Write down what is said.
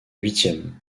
huitièmes